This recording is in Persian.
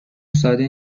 ساده